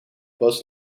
was